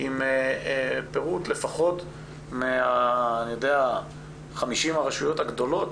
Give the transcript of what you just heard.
עם פירוט לפחות מה-50 רשויות הגדולות,